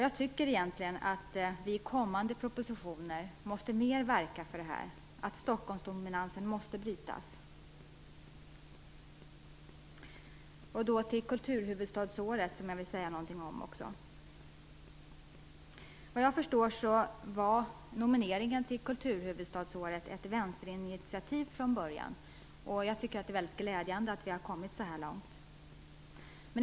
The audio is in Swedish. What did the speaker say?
Jag tycker att vi i kommande propositioner mer måste verka för att Stockholmsdominansen skall brytas. Jag vill också säga några ord om kulturhuvudstadsåret. Vad jag förstår var nomineringen till kulturhuvudstadsåret ett vänsterinitiativ från början. Det är glädjande att vi har kommit så här långt.